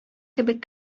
кебек